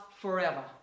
forever